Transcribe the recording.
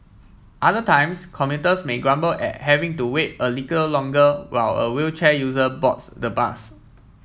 other times commuters may grumble at having to wait a little longer while a wheelchair user boards the bus